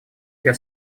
для